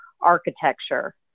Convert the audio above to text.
architecture